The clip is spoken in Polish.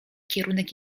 kierunek